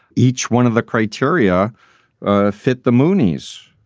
each one of the criteria ah fit the moonies,